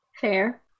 Fair